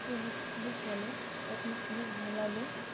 খুব স্পীডে চলে তখন খুবই ভালো লাগে